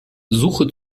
suche